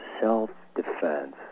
self-defense